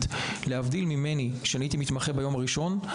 אני, תיאורטית כמובן, יכולתי ביום הראשון שלי